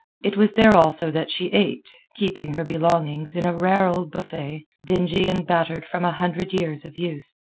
it was there also that she ate, keeping her belongings in a rare old buffet, dingy and battered from a hundred years of use.